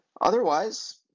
Otherwise